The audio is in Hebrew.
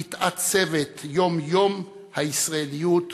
מתעצבת יום-יום הישראליות המשותפת.